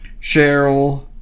Cheryl